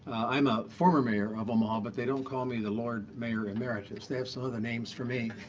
i'm a former mayor of omaha, but they don't call me the lord mayor emeritus. they have some other names for me.